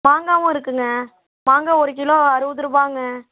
மாங்காவும் இருக்குங்க மாங்காய் ஒரு கிலோ அறுபதுருவாங்க